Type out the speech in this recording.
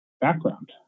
background